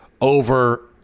over